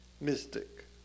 mystic